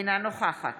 אינה נוכחת